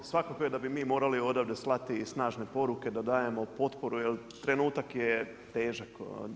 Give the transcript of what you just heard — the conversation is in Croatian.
Svakako je da bi mi morali odavde slati snažne poruke da dajemo potporu jel trenutak je težak.